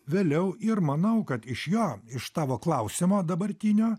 vėliau ir manau kad iš jo iš tavo klausimo dabartinio